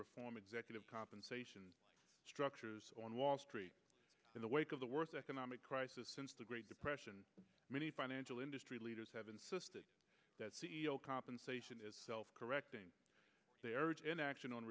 reform executive compensation structures on wall street in the wake of the worst economic crisis since the great depression many financial industry leaders have insisted that c e o compensation is self correcting their urgent action on